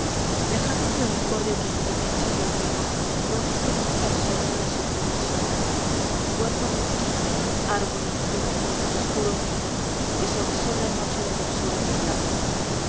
lejano clavicordio que en silencio y olvido no diste nunca al sueño la sublime sonata huérfano esquife árbol insigne oscuro nido que suavizó la noche de dulzura de plata